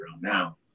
now